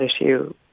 issue